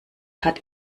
hat